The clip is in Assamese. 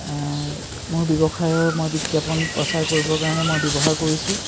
মোৰ ব্যৱসায়ৰ মই বিজ্ঞাপন প্ৰচাৰ কৰিবৰ কাৰণে মই ব্যৱহাৰ কৰিছোঁ